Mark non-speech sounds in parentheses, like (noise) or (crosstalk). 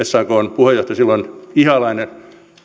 (unintelligible) sakn puheenjohtaja ihalainen